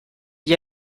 gli